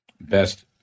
best